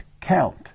count